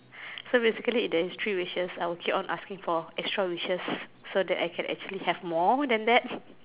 so basically if there is three wishes I would keep on asking for extra wishes so that I can actually have more than that